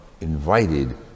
invited